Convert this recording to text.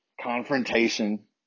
confrontation